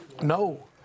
No